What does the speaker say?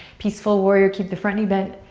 peaceful warrior. keep the front knee bent.